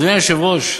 אדוני היושב-ראש,